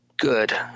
good